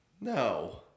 No